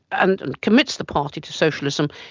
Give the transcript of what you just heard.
and commits the party to socialism,